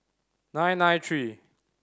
nine nine three